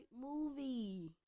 movie